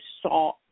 saw